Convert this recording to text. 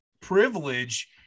privilege